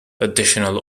additional